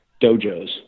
dojos